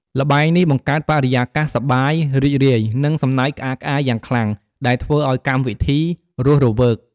ល្បែងនេះបង្កើតបរិយាកាស សប្បាយរីករាយ និងសំណើចក្អាកក្អាយយ៉ាងខ្លាំង ដែលធ្វើឱ្យកម្មវិធីរស់រវើក។